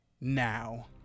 now